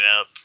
up